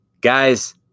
Guys